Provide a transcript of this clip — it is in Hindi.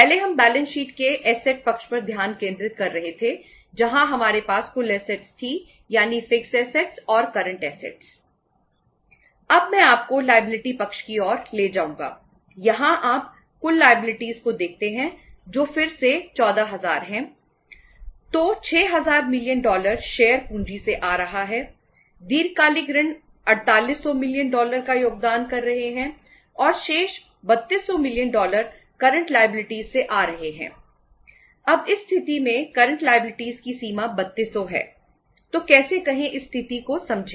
तो कैसे कहें इस स्थिति को समझें